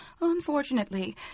Unfortunately